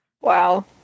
wow